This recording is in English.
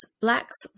blacks